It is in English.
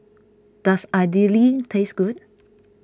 does Idili taste good